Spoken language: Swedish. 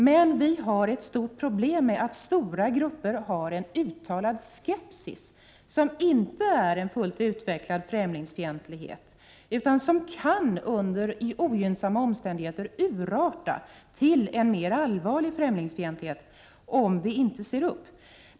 Men vi har ett stort problem med att stora grupper hyser en uttalad skepsis som inte är en fullt utvecklad främlingsfientlighet, utan som under ogynnsamma omständigheter kan urarta till en mer allvarlig främlingsfientlighet, om vi inte ser upp.